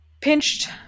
Pinched